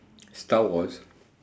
star wars